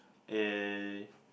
A